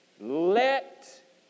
Let